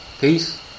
Peace